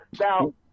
Now